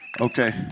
Okay